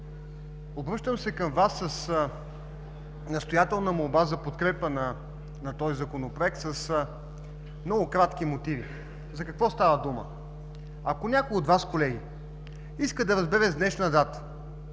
Обръщам се към Вас с настоятелна молба за подкрепа на Законопроекта с много кратки мотиви. За какво става дума? Ако някой от Вас, колеги, иска да разбере с днешна дата